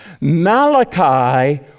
Malachi